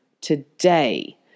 today